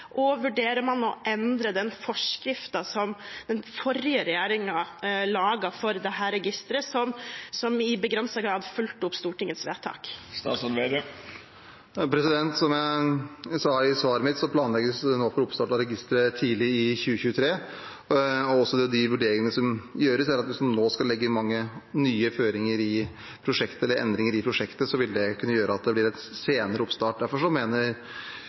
Og vurderer man å endre forskriften som den forrige regjeringen laget for dette registeret, som i begrenset grad fulgte opp Stortingets vedtak? Som jeg sa i svaret mitt, planlegger vi oppstart av registeret tidlig i 2023, og de vurderingene som gjøres, er at hvis en nå skal legge mange nye føringer eller endringer i prosjektet, vil det kunne gjøre at det blir en senere oppstart. Derfor mener jeg og regjeringen at det er